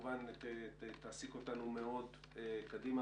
שתעסיק אותנו מאוד קדימה.